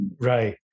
Right